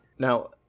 Now